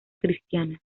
cristiana